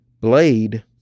Blade